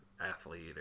athlete